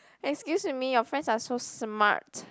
excuse me your friends are so smart